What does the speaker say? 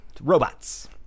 robots